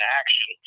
action